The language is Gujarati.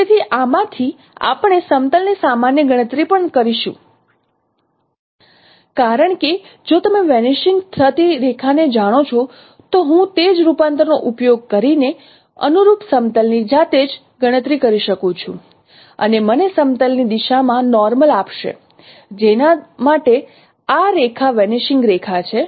તેથી આમાંથી આપણે સમતલ ની સામાન્ય ગણતરી પણ કરીશું કારણ કે જો તમે વેનીશિંગ થતી રેખાને જાણો છો તો હું તે જ રૂપાંતરનો ઉપયોગ કરીને અનુરૂપ સમતલ ની જાતે જ ગણતરી કરી શકું છું અને મને સમતલ ની દિશામાં નોર્મલ આપશે જેના માટે આ રેખા વેનીશિંગ રેખા છે